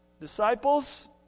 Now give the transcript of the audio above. Disciples